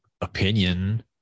opinion